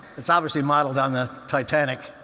it's obviously modeled on the titanic.